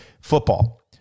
football